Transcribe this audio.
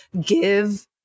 give